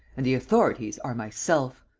and the authorities are myself!